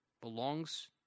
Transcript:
belongs